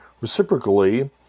reciprocally